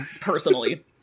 personally